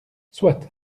soit